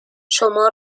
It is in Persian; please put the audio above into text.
شما